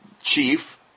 chief